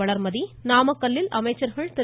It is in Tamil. வளர்மதியும் நாமக்கல்லில் அமைச்சர்கள் திரு